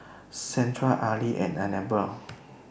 Shandra Arly and Anabel